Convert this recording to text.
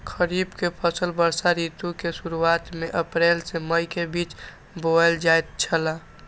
खरीफ के फसल वर्षा ऋतु के शुरुआत में अप्रैल से मई के बीच बौअल जायत छला